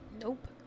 Nope